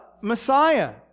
Messiah